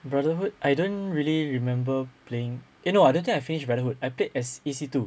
brotherhood I don't really remember playing eh no I don't think I finished brotherhood I played ass~ A_C two